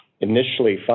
initially